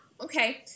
Okay